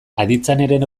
aditzaren